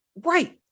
right